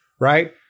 Right